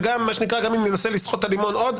וגם אם ננסה לסחוט את הלימון עוד,